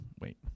wait